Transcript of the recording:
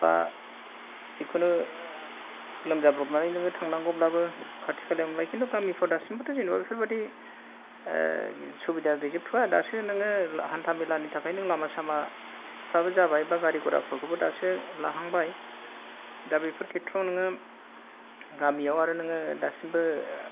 जिखुनु लोमजाब्रबनाय नोङो थांनांगौब्लाबो खाथि खालायावनोलाय खिन्थु गामिफ्राव दासिमबोथ' जेनेबा बेफोरबादि सुबिदा गैजोबथ'वा दासो नोङो हान्था मेलानि थाखाय नों लामा सामाफ्राबो जाबाय बा गारि घराफोरखौबो दासो लाहांबाय दा बेफोर खेत्र'आव नोङो गामियाव आरो नोङो दासिमबो